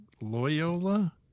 Loyola